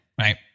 right